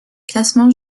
classement